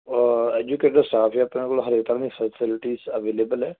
educated staff ਆ ਆਪਣੇ ਕੋਲ ਹਰੇਕ ਤਰ੍ਹਾਂ ਦੀ ਫੈਸਿਲਟੀ ਅਵੇਲੇਬਲ ਹੈ